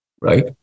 right